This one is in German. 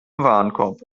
warenkorb